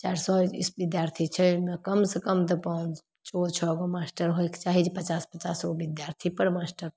चारि सओ विद्यार्थी छै ओहिमे कमसे कम तऽ पाँच छओगो मास्टर होइके चाही जे पचास पचासगो विद्यार्थीपर मास्टर